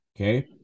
okay